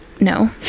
No